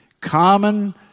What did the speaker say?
Common